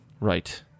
Right